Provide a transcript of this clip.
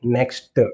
Next